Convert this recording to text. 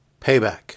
payback